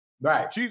Right